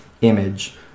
image